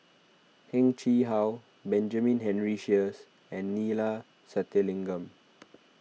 Heng Chee How Benjamin Henry Sheares and Neila Sathyalingam